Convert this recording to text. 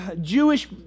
Jewish